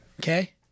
Okay